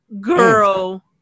Girl